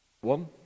One